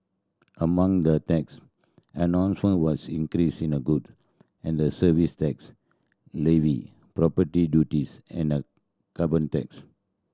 among the tax announcements were an increase in the goods and Services Tax levy property duties and a carbon tax